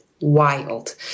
wild